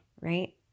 right